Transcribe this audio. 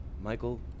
Michael